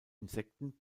insekten